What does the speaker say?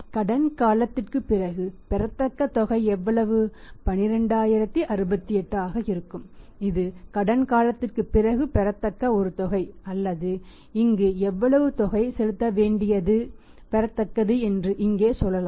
கடன் காலத்திற்குப் பிறகு பெறத்தக்க தொகை எவ்வளவு 12068 ஆக இருக்கும் இது கடன் காலத்திற்குப் பிறகு பெறத்தக்க ஒரு தொகை அல்லது இங்கு எவ்வளவு தொகை செலுத்த வேண்டியது பெறத்தக்கது என்று இங்கே சொல்லலாம்